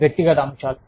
వ్యక్తిగత అంశాలు